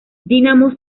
dinamo